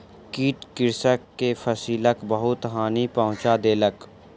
कीट कृषक के फसिलक बहुत हानि पहुँचा देलक